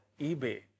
eBay